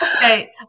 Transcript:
say